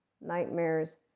nightmares